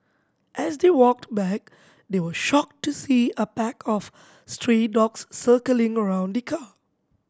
as they walked back they were shocked to see a pack of stray dogs circling around the car